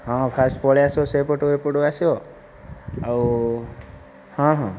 ହଁ ଫାର୍ଷ୍ଟ ପଳାଇଆସିବ ସେପଟରୁ ଏପଟକୁ ଆସିବ ଆଉ ହଁ ହଁ